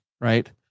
right